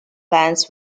plans